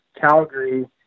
Calgary